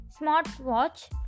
smartwatch